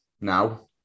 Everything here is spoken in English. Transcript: now